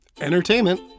entertainment